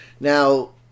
Now